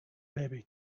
maybe